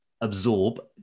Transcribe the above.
absorb